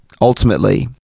ultimately